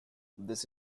this